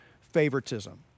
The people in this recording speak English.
favoritism